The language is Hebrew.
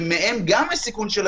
שהמידע לא זולג למי שהוא לא צריך לזלוג,